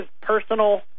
personal